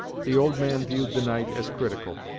the old man viewed the night as critical,